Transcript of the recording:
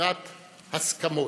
יצירת הסכמות,